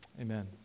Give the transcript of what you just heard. amen